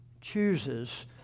chooses